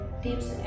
tips